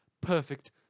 perfect